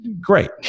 great